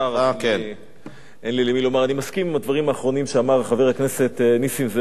אני מסכים עם הדברים האחרונים שאמר חבר הכנסת נסים זאב,